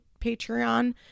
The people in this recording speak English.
Patreon